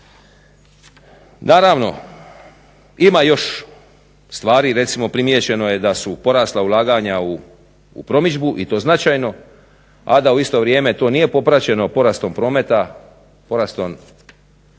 Naravno ima još stvari, recimo primijećeno je da su porasla ulaganja u promidžbu i to značajno, a da u isto vrijeme to nije popraćeno porastom prometa, porastom